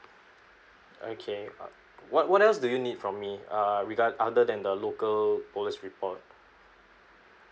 okay uh what what else do you need from me uh regard other than the local police report